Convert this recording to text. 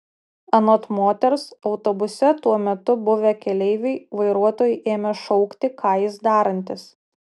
anot moters autobuse tuo metu buvę keleiviai vairuotojui ėmė šaukti ką jis darantis